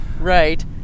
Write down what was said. right